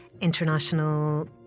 international